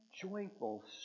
joyful